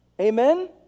Amen